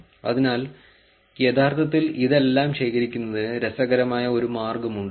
അതിനാൽ യഥാർത്ഥത്തിൽ ഇതെല്ലാം ശേഖരിക്കുന്നതിന് രസകരമായ ഒരു മാർഗമുണ്ട്